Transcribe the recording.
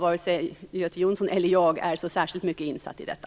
Vare sig Göte Jonsson eller jag är särskilt insatta i detta.